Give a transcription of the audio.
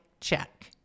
check